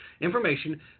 Information